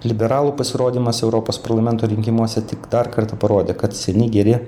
liberalų pasirodymas europos parlamento rinkimuose tik dar kartą parodė kad seni geri